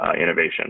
innovation